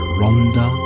Rhonda